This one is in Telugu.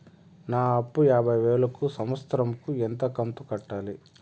నా అప్పు యాభై వేలు కు సంవత్సరం కు ఎంత కంతు కట్టాలి?